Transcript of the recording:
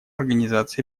организации